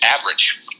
average